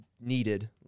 needed